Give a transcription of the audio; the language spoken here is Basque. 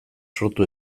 sortu